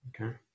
okay